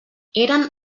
eren